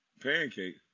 Pancake